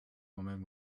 woman